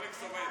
הרולקס עובד.